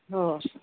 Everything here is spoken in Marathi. हो